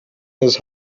his